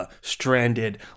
stranded